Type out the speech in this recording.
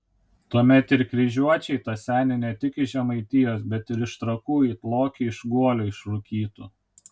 tuomet ir kryžiuočiai tą senį ne tik iš žemaitijos bet ir iš trakų it lokį iš guolio išrūkytų